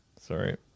Sorry